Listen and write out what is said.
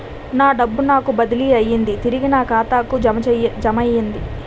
నా డబ్బు నాకు బదిలీ అయ్యింది తిరిగి నా ఖాతాకు జమయ్యింది